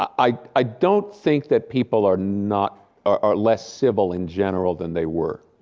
i i don't think that people are not are less civil in general than they were.